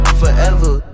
forever